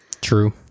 True